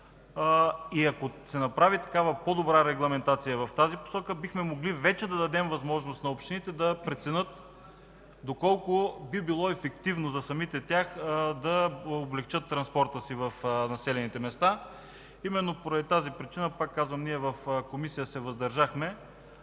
Ако се направи по-добра регламентация в това отношение, бихме могли да дадем възможност на общините да преценят доколко би било ефективно за самите тях да облекчат транспорта си в населените места. По тази причина, пак казвам, ние в Комисията се въздържахме.